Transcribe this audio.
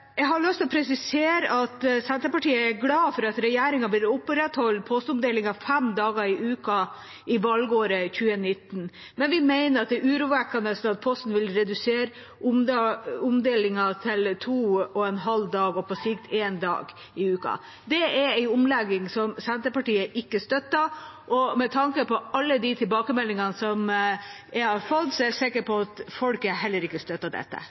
Jeg har lyst til å presisere at Senterpartiet er glad for at regjeringa vil opprettholde postomdelingen fem dager i uka i valgåret 2019, men vi mener det er urovekkende at Posten vil redusere omdelingen til to og en halv dag i uka – og på sikt til én dag i uka. Det er en omlegging som Senterpartiet ikke støtter, og med tanke på alle de tilbakemeldingene som jeg har fått, er jeg sikker på at folk heller ikke støtter dette.